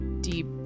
deep